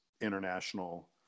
international